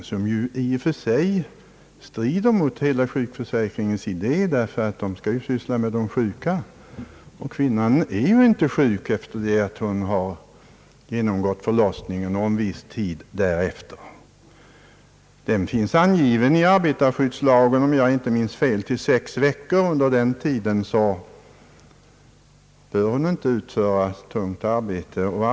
Den strider egentligen i och för sig mot sjukförsäkringens idé, därför att sjukförsäkringen skall skydda sjuka människor. Kvinnan är inte sjuk sedan hon genomgått en förlossning — annat än kanske den första tiden, I arbetarskyddslagen föreskrivs att en nybliven moder inte får utföra tungt arbete under de närmaste sex veckorna efter en förlossning.